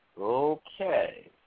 Okay